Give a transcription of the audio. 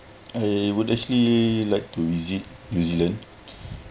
I would actually like to visit new zealand